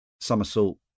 Somersault